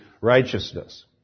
righteousness